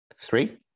Three